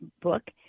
book